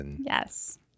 Yes